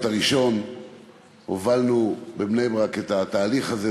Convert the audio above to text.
הראשון הובלנו בבני-ברק את התהליך הזה,